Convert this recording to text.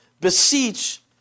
beseech